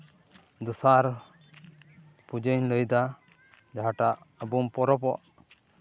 ᱫᱚᱥᱟᱨ ᱯᱩᱡᱟᱹᱧ ᱞᱟᱹᱭᱫᱟ ᱡᱟᱦᱟᱸᱴᱟᱜ ᱟᱵᱚ ᱵᱚᱱ ᱯᱚᱨᱚᱵᱚᱜ